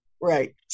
Right